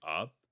up